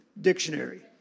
Dictionary